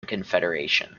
confederation